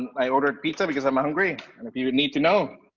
i ordered pizza because i'm hungry, and if you need to know,